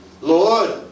Lord